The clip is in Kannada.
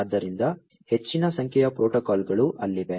ಆದ್ದರಿಂದ ಹೆಚ್ಚಿನ ಸಂಖ್ಯೆಯ ಪ್ರೋಟೋಕಾಲ್ಗಳು ಅಲ್ಲಿವೆ